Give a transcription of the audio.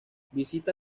visita